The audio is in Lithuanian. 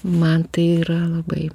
man tai yra labai